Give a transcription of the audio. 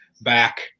back